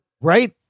Right